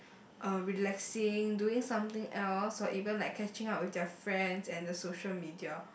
uh relaxing doing something else or even like catching up with their friends and the social media